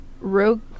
rogue